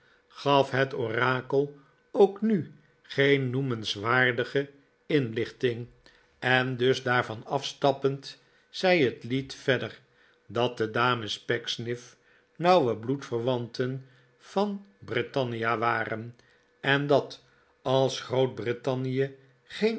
gaf het orakel ook nu geeh noemenswaardige inlichting en dus daarvan afstappend zei het lied verder dat de dames pecksniff nauwe bloedverwanten van britannia waren en dat als